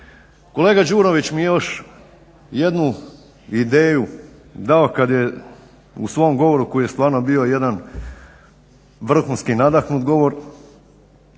Kolega Đurović mi je još jednu ideju dao kada je u svom govoru koji je stvarno bio jedan vrhunski nadahnut govor,